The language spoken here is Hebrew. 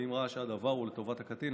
ואם ראה שהדבר הוא לטובת הקטין,